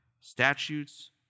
statutes